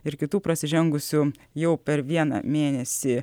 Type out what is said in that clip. ir kitų prasižengusių jau per vieną mėnesį